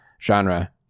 genre